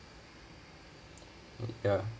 ya